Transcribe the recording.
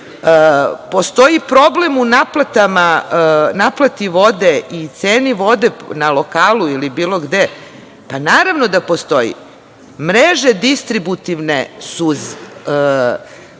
Postoji problem u naplati vode i ceni vode na lokalu ili bilo gde. Pa, naravno da postoji, mreže distributivne su